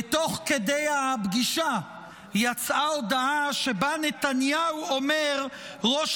ותוך כדי הפגישה יצאה הודעה שבה נתניהו אומר: ראש